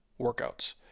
workouts